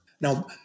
now